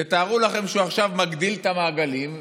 תארו לכם שהוא עכשיו מגדיל את המעגלים,